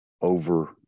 over